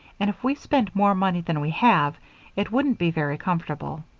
and if we spent more money than we have it wouldn't be very comfortable.